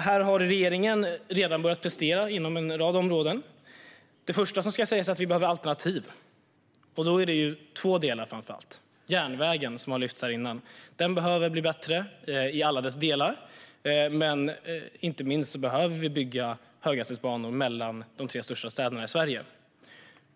Här har regeringen redan börjat prestera inom en rad områden. Det första som ska sägas är att vi behöver alternativ. Det gäller framför allt två delar. Järnvägen, som har lyfts fram här innan, behöver bli bättre i alla dess delar. Men inte minst behöver vi bygga höghastighetsbanor mellan de tre största städerna i Sverige.